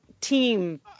team